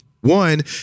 One